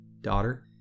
daughter